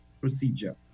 procedure